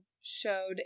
showed